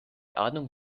ahnung